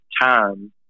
time